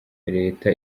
leta